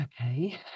okay